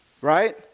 Right